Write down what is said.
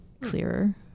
clearer